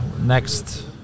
Next